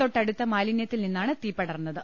തൊട്ടടുത്ത മാലിന്യത്തിൽ നിന്നാണ് തീ പടർന്നത്